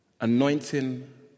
anointing